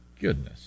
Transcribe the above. goodness